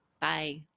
Bye